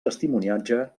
testimoniatge